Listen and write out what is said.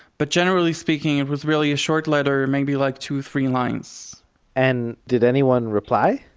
but generally speaking it was really a short letter, maybe like two-three lines and did anyone reply?